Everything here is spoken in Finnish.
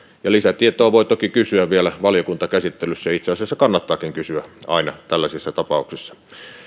ja lisätietoa voi toki kysyä vielä valiokuntakäsittelyssä ja itse asiassa kannattaakin kysyä aina tällaisissa tapauksissa